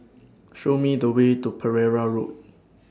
Show Me The Way to Pereira Road